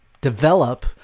develop